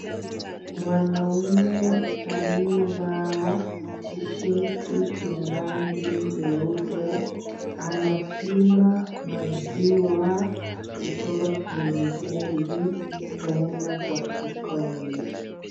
Mwanaume aliyevaa t-shirt ya rangi nyeupe, anapima maziwa kutoka kwenye jug kuenda kwa kikombe.